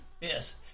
Yes